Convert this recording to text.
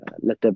let